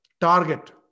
target